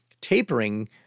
tapering